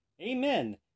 Amen